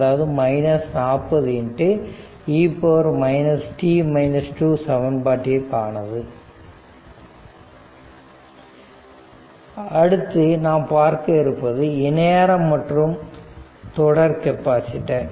அதாவது 40e சமன்பாட்டிற்கு ஆனது அடுத்து நாம் பார்க்க விருப்பது இணையான மற்றும் தொடர் கெபாசிட்டர்